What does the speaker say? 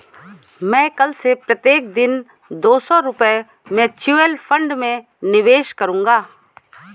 मैं कल से प्रत्येक दिन दो सौ रुपए म्यूचुअल फ़ंड में निवेश करूंगा